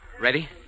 ready